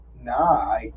nah